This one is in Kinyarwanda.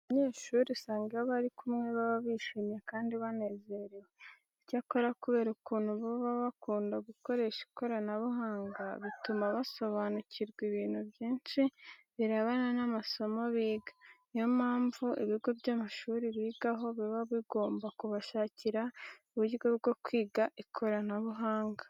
Abanyeshuri usanga iyo bari kumwe baba bishimye kandi banezerewe. Icyakora kubera ukuntu baba bakunda gukoresha ikoranabuhanga, bituma basobanukirwa ibintu byinshi birebana n'amasomo biga. Ni yo mpamvu ibigo by'amashuri bigaho biba bigomba kubashakira uburyo bwo kwiga ikoranabuhanga.